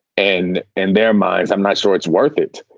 and in their minds, i'm not sure it's worth it.